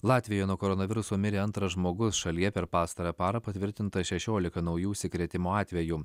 latvijoje nuo koronaviruso mirė antras žmogus šalyje per pastarąją parą patvirtinta šešiolika naujų užsikrėtimo atvejų